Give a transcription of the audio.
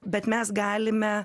bet mes galime